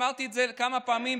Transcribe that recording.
אמרתי את זה כמה פעמים,